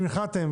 אם החלטתם,